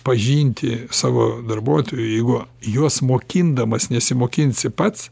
pažinti savo darbuotojų jeigu juos mokindamas nesimokinsi pats